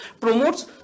promotes